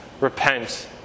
repent